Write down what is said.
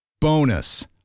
Bonus